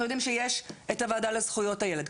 אנחנו יודעים שיש את הוועדה לזכויות הילד,